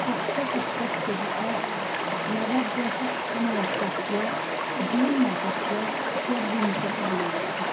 सप्तसप्तत्यधिकनवदशतमवर्षस्य June मासस्य षड्विंशतिदिनाङ्कः